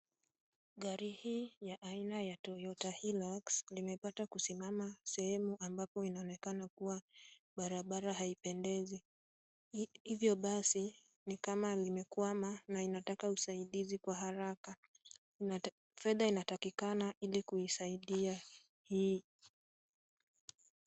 Gari hii ya aina ya Toyota Hilux limepata kusimama sehemu ambapo inaonekana kuwa barabara haipendezi. Hivyo basi ni kama limekwama na inataka usaidizi kwa haraka, fedha inatakikana ili kuisaidia.